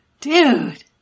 Dude